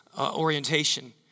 orientation